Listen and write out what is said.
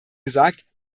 gesagt